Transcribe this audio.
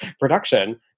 production